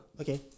Okay